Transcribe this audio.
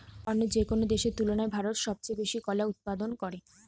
অন্য যেকোনো দেশের তুলনায় ভারত সবচেয়ে বেশি কলা উৎপাদন করে